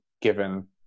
given